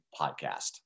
podcast